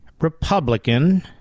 Republican